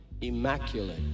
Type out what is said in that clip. immaculate